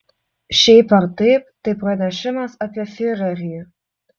šiaip ar taip tai pranešimas apie fiurerį